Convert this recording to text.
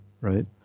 Right